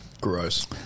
Gross